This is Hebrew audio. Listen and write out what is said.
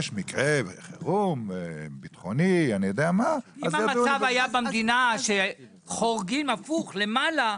יש מקרה חירום ביטחוני- -- אם המצב היה במדינה שחורגים הפוך למעלה,